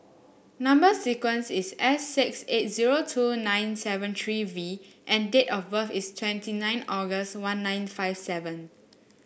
number sequence is S six eight zero two nine seven three V and date of birth is twenty nine August one nine five seven